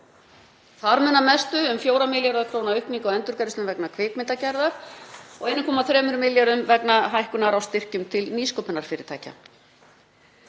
Þar munar mestu um 4 milljarða kr. aukningu á endurgreiðslum vegna kvikmyndagerðar og 1,3 milljarða hækkunar á styrkjum til nýsköpunarfyrirtækja.